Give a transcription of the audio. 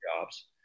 jobs